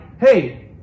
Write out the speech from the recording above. hey